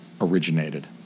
originated